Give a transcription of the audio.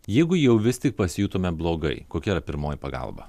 jeigu jau vis tik pasijutome blogai kokia yra pirmoji pagalba